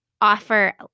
offer